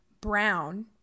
Brown